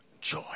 joy